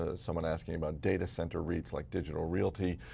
ah someone asked me about data center reits like digital realty.